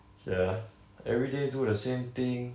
ya every day do the same thing